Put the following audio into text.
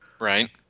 Right